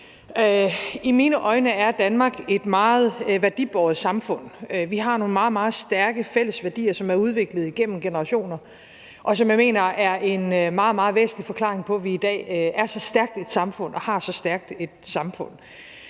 I mine øjne er Danmark et meget værdibåret samfund. Vi har nogle meget, meget stærke fælles værdier, som er udviklet igennem generationer, og som jeg mener er en meget, meget væsentlig forklaring på, at vi i dag er så stærkt et samfund og har så stærkt et samfund.